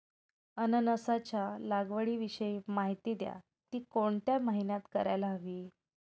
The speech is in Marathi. अननसाच्या लागवडीविषयी माहिती द्या, ति कोणत्या महिन्यात करायला हवी?